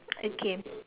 okay